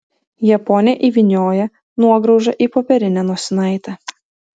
japonė įvynioja nuograužą į popierinę nosinaitę